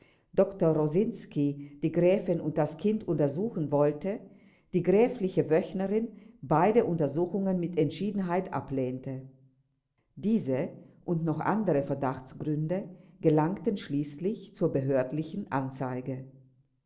dr rosinski die gräfin und das kind untersuchen wollte die gräfliche wöchnerin beide untersuchungen mit entschiedenheit ablehnte diese und noch andere verdachtsgründe gelangten schließlich zur behördlichen anzeige